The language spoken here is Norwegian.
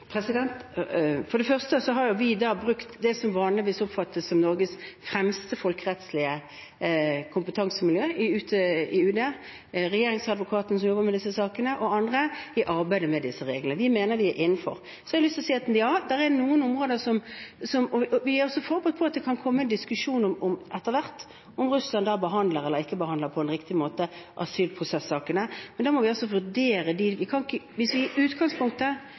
det. For det første har vi brukt det som vanligvis oppfattes som Norges fremste folkerettslige kompetansemiljø, UD, Regjeringsadvokaten og andre som jobber med disse sakene, i arbeidet med disse reglene, og vi mener at de er innenfor. Ja, på noen områder er vi forberedt på at det kan komme en diskusjon etter hvert om Russland behandler eller ikke behandler asylprosessakene på en riktig måte. Men da må vi vurdere disse. Hvis vi i utgangspunktet